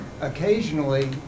occasionally